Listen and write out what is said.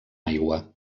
aigua